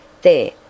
There